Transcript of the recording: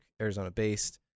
Arizona-based